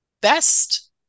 best